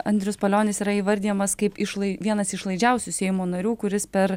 andrius palionis yra įvardijamas kaip išlai vienas išlaidžiausių seimo narių kuris per